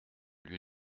lieu